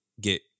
get